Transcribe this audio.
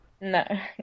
No